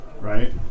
right